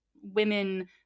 women